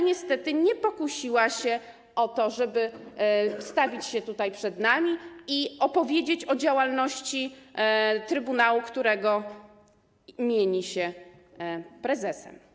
Niestety, nie pokusiła się o to, żeby stawić się przed nami i opowiedzieć o działalności trybunału, którego mieni się prezesem.